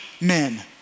men